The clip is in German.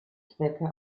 zwecke